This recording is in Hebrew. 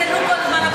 כל הזמן,